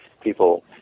people